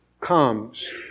comes